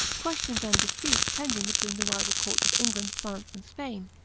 questions and disputes pending between the rival courts of england, france, and spain,